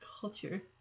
culture